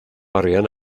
arian